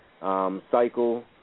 cycle